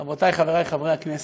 חברותי, חברי, חברי הכנסת,